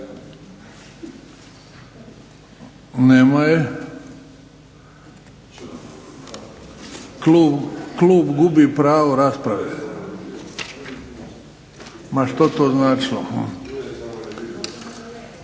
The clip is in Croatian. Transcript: Nema je. Klub gubi pravo rasprave, ma što to značilo.